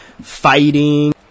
Fighting